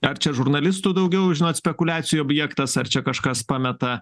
ar čia žurnalistų daugiau žinot spekuliacijų objektas ar čia kažkas pameta